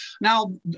Now